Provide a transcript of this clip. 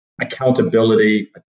accountability